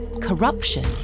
corruption